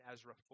Ezra